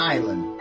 Island